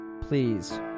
please